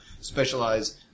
specialize